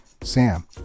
Sam